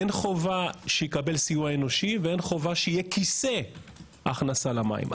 אין חובה שיקבל סיוע אנושי ואין חובה שיהיה כיסא הכנסה למים.